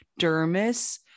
dermis